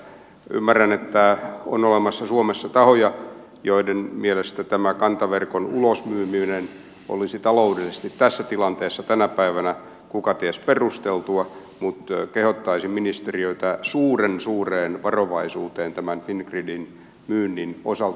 ymmärrän että on olemassa suomessa tahoja joiden mielestä tämä kantaverkon ulosmyyminen olisi taloudellisesti tässä tilanteessa tänä päivänä kukaties perusteltua mutta kehottaisin ministeriötä suuren suureen varovaisuuteen tämän fingridin myynnin osalta